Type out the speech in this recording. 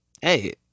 hey